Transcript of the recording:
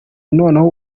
noneho